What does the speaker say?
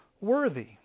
worthy